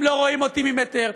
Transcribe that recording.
הם לא רואים אותי ממטר,